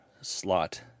slot